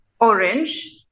Orange